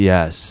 Yes